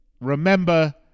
remember